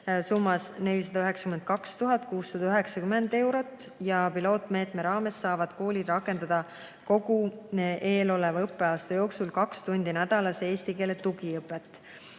summas 492 690 eurot. Pilootmeetme raames saavad koolid rakendada kogu eeloleva õppeaasta jooksul kaks tundi nädalas eesti keele tugiõpet